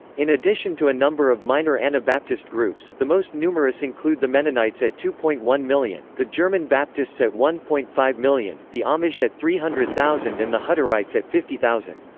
in addition to a number of minor anabaptist groups, the most numerous include the mennonites at two point one million, the german baptists at one point five million, the amish at three hundred thousand and the hutterites at fifty thousand.